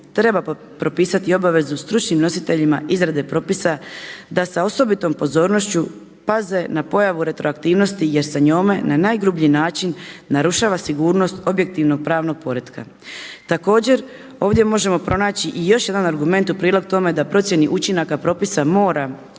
treba propisati obavezu stručnim nositeljima izrade propisa da sa osobitom pozornošću paze na pojavu retroaktivnosti jer se njome na najgrublji način narušava sigurnost objektivnog pravnog poretka. Također ovdje možemo pronaći i još jedan argument u prilog tome da procjeni učinaka propisa mora